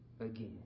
again